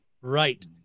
Right